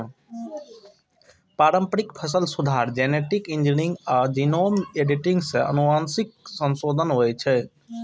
पारंपरिक फसल सुधार, जेनेटिक इंजीनियरिंग आ जीनोम एडिटिंग सं आनुवंशिक संशोधन होइ छै